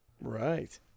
Right